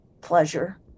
pleasure